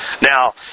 Now